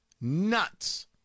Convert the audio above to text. Nuts